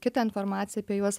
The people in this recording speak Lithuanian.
kitą informaciją apie juos